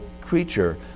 creature